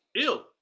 ill